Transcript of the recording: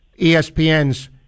espn's